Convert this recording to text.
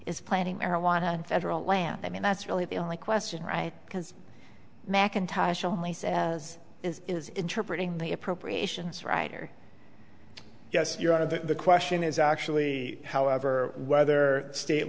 is planting marijuana in federal land i mean that's really the only question right because mackintosh only said as is is interpreting the appropriations writer yes your honor the question is actually however whether state